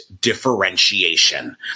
differentiation